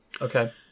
Okay